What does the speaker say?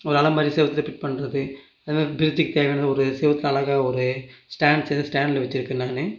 ஒரு அலமாரி செவத்துல ஃபிட் பண்றது அதுமாதிரி ஃப்ரிட்ஜுக்கு தேவையான ஒரு செவத்துல அழகாக ஒரு ஸ்டாண்ட் செய்து ஸ்டாண்டில் வச்சிருக்கேன் நான்